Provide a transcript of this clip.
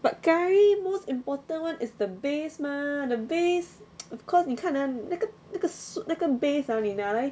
but curry most important [one] is the base mah the base of course 你看 ah 那个那个 soup 那个 base ah 你拿来